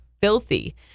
filthy